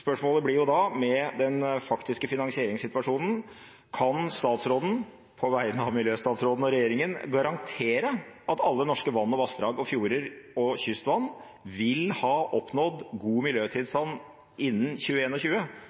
Spørsmålet blir da: Kan statsråden med den faktiske finansieringssituasjonen, på vegne av miljøstatsråden og regjeringen, garantere at alle norske vann og vassdrag og fjorder og kystvann vil ha oppnådd god miljøtilstand innen